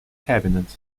cabinet